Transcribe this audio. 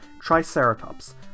Triceratops